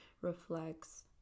reflects